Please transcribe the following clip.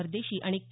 परदेशी आणि के